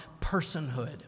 personhood